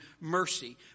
mercy